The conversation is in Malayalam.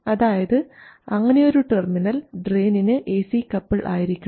അതായത് അങ്ങനെയൊരു ടെർമിനൽ ഡ്രയിനിന് എസി കപ്പിൾ ആയിരിക്കണം